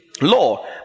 law